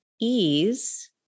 ease